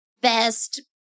best